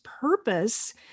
purpose